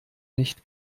nicht